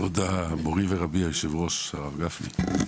כבוד מורי ורבי, היושב-ראש הרב גפני.